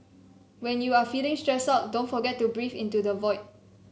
when you are feeling stressed out don't forget to breathe into the void